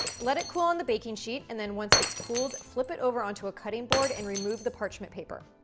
let it cool on the baking sheet and then once it's cooled, flip it over onto a cutting board and remove the parchment paper.